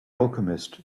alchemist